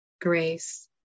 grace